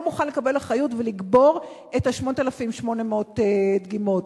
לא מוכן לקבל אחריות ולקבור את 8,800 הדגימות.